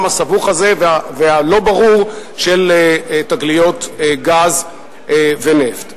הסבוך הזה והלא-ברור של תגליות גז ונפט.